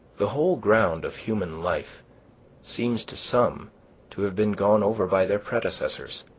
the whole ground of human life seems to some to have been gone over by their predecessors,